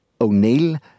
O'Neill